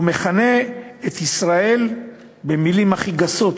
הוא מכנה את ישראל במילים הכי גסות,